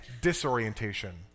Disorientation